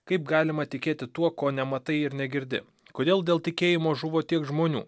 kaip galima tikėti tuo ko nematai ir negirdi kodėl dėl tikėjimo žuvo tiek žmonių